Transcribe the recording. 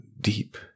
deep